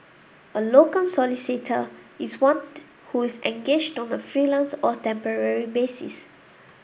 a locum solicitor is one who is engaged on a freelance or temporary basis